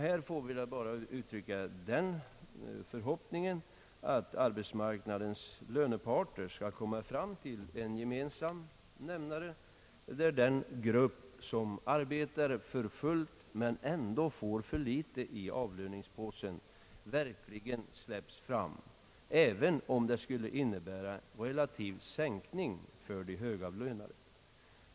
Här får vi endast uttrycka förhoppningen att arbetsmarknadens löntagarparter kan komma fram till en gemensam nämnare, där den grupp som arbetar fullt, men ändå får för lite i avlöningspåsen, verkligen släppes fram, även om det skulle innebära relativ sänkning för de högavlönade.